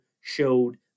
showed